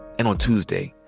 and on tuesday,